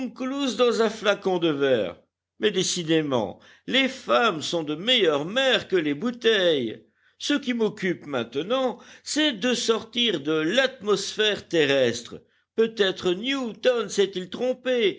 dans un flacon de verre mais décidément les femmes sont de meilleures mères que les bouteilles ce qui m'occupe maintenant c'est de sortir de l'atmosphère terrestre peut-être newton s'est-il trompé